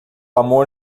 amor